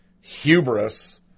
hubris